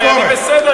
אני בסדר.